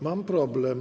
Mam problem.